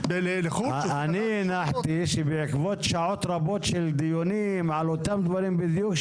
אני הנחתי שבעקבות שעות רבות של דיונים על אותם דברים בדיוק,